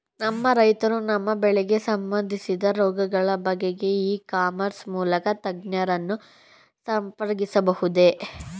ನಮ್ಮ ರೈತರು ತಮ್ಮ ಬೆಳೆಗೆ ಸಂಬಂದಿಸಿದ ರೋಗಗಳ ಬಗೆಗೆ ಇ ಕಾಮರ್ಸ್ ಮೂಲಕ ತಜ್ಞರನ್ನು ಸಂಪರ್ಕಿಸಬಹುದೇ?